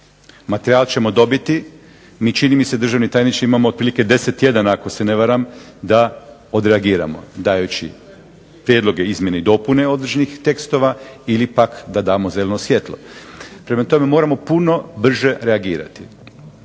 Materijal ćemo dobiti, mi čini mi se državni tajniče imamo otprilike 10 tjedana ako se ne varam da odreagiramo, dajući prijedloge izmjene, dopune određenih tekstova ili pak da damo zeleno svjetlo. Prema tome, moramo puno brže reagirati.